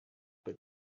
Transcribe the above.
but